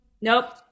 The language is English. Nope